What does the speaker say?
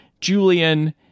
julian